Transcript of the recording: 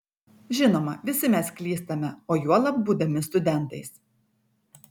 žinoma visi mes klystame o juolab būdami studentais